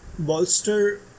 bolster